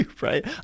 Right